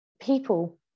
people